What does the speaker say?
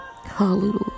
Hallelujah